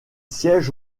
siège